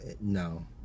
No